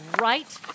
right